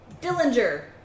Dillinger